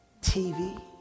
TV